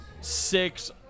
six